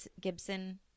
Gibson